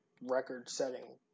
record-setting